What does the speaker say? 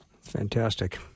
Fantastic